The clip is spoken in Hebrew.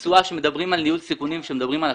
כשמדברים על ניהול סיכונים ועל השקעות,